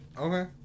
Okay